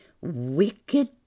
wicked